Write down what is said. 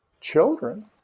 children